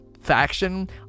faction